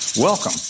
Welcome